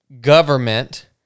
government